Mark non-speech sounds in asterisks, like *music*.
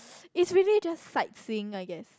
*noise* it's really just sightseeing I guess